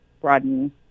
broaden